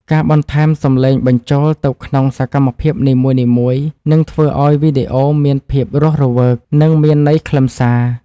ការបន្ថែមសម្លេងបញ្ចូលទៅក្នុងសកម្មភាពនីមួយៗនឹងធ្វើឱ្យវីដេអូមានភាពរស់រវើក និង មានន័យខ្លឹមសារ។